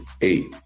eight